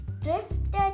drifted